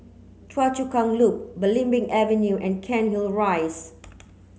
Choa Chu Kang Loop Belimbing Avenue and Cairnhill Rise